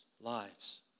lives